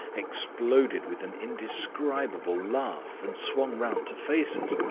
exploded with an indescribable laugh and swung round to face us.